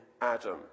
Adam